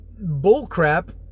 bullcrap